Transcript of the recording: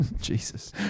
Jesus